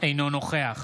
אינו נוכח